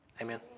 amen